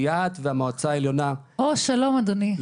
יה"ת והמועצה העליונה -- שלום אדוני,